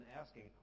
asking